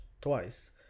twice